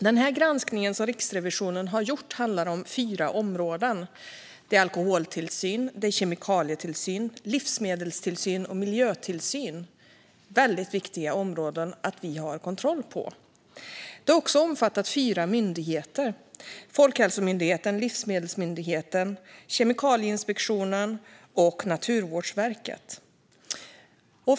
Den granskning som Riksrevisionen har gjort handlar om fyra områden: alkoholtillsyn, kemikalietillsyn, livsmedelstillsyn och miljötillsyn - väldigt viktiga områden att ha kontroll över. Den har omfattat fyra myndigheter: Folkhälsomyndigheten, Livsmedelsverket, Kemikalieinspektionen och Naturvårdsverket.